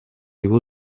его